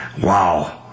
wow